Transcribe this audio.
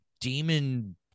demon